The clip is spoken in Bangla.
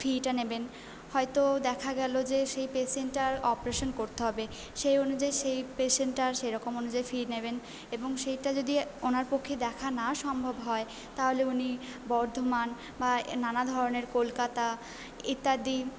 ফিটা নেবেন হয়তো দেখা গেল যে সেই পেশেন্টটার অপরেশন করতে হবে সেই অনুযায়ী সেই পেশেন্টটার সেরকম অনুযায়ী ফি নেবেন এবং সেইটা যদি ওনার পক্ষে দেখা না সম্ভব হয় তাহলে উনি বর্ধমান বা নানা ধরণের কলকাতা ইত্যাদি